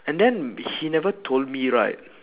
and then he never told me right